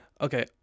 Okay